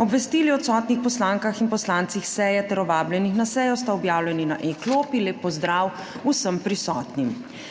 Obvestili o odsotnih poslankah in poslancih seje ter o vabljenih na sejo sta objavljeni na e-klopi. Lep pozdrav vsem prisotnim!